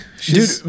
Dude